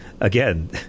Again